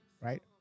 right